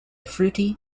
fruity